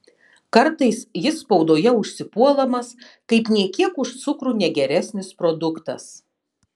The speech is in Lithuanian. kartais jis spaudoje užsipuolamas kaip nė kiek už cukrų negeresnis produktas